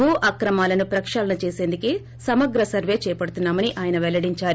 భూ అక్రమాలను ప్రకాళన చేసేందుకే సమగ్ర సర్వే చేపడుతున్నామని ముఖ్యమంత్రి పెల్లడిందారు